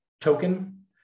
token